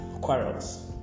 quarrels